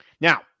Now